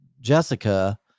Jessica